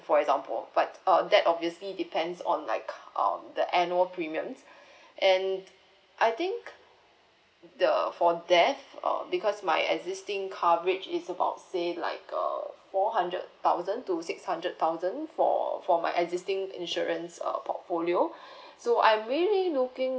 for example but err that obviously depends on like um the annual premiums and I think the for death uh because my existing coverage is about say like err four hundred thousand to six hundred thousand for for my existing insurance err portfolio so I'm really looking